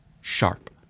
sharp